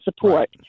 support